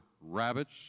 rabbits